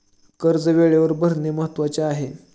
कर्ज वेळेवर भरणे महत्वाचे आहे